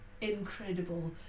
incredible